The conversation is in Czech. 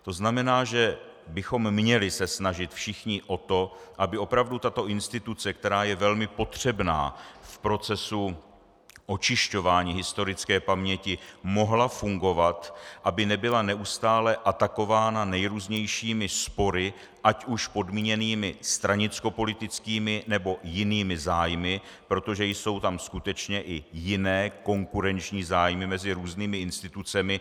To znamená, že bychom se všichni měli snažit o to, aby opravdu tato instituce, která je velmi potřebná v procesu očišťování historické paměti, mohla fungovat, aby nebyla neustále atakována nejrůznějšími spory, ať už podmíněnými stranickopolitickými, nebo jinými zájmy, protože tam jsou skutečně i jiné konkurenční zájmy mezi různými institucemi.